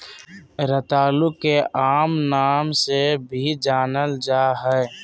रतालू के आम नाम से भी जानल जाल जा हइ